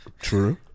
True